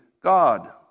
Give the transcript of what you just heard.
God